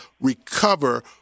recover